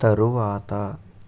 తరువాత